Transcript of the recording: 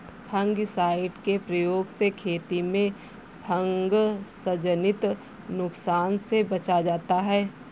fungicide के प्रयोग से खेती में फँगसजनित नुकसान से बचा जाता है